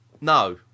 No